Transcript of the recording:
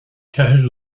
ceathair